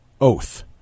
oath